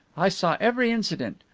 i saw every incident.